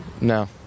No